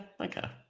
okay